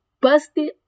busted